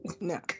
No